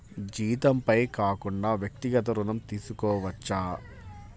జీతంపై కాకుండా వ్యక్తిగత ఋణం తీసుకోవచ్చా?